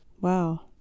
Wow